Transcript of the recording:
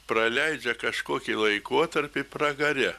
praleidžia kažkokį laikotarpį pragare